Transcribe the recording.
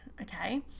Okay